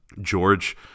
George